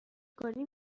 کنی